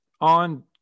on